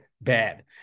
bad